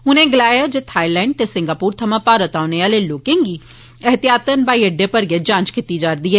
उन्ने गलाया जे थाईलैंड ते सिंगापोर थमां भारत औने आहले लोकें दी एहतियातन ब्हाई अड्डें पर गै जांच कीती जा'रदी ऐ